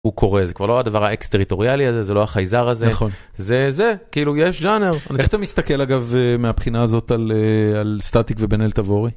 הוא קורא זה כבר לא הדבר האקס טריטוריאלי הזה זה לא חייזר הזה זה זה כאילו יש ג'אנר איך אתה מסתכל אגב מהבחינה הזאת על סטטיק ובן אל תבורי.